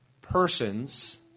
persons